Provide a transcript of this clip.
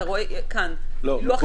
לא.